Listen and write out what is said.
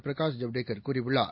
பிரகாஷ் ஜவ்டேகர் கூறியுள்ளார்